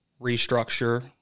restructure